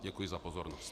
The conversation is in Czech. Děkuji za pozornost.